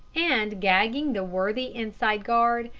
and, gagging the worthy inside guard,